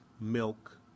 milk